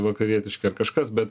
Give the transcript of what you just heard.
vakarietiški ar kažkas bet